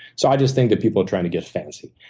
so i just think that people are trying to get fancy.